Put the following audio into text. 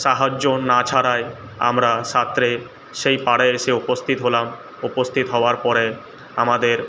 সাহায্য না ছাড়াই আমরা সাঁতরে সেই পাড়ে এসে উপস্থিত হলাম উপস্থিত হওয়ার পরে আমাদের